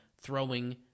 throwing